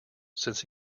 since